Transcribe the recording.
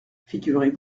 figurez